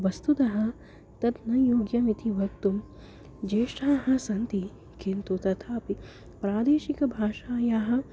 वस्तुतः तत् न योग्यम् इति वक्तुं ज्येष्ठाः सन्ति किन्तु तथापि प्रादेशिकभाषायाः